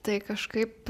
tai kažkaip